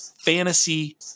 fantasy